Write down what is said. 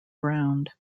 ground